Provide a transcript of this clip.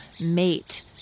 mate